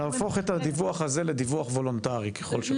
נהפוך את הדיווח הזה לדיווח וולונטרי ככל שרוצים.